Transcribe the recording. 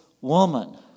woman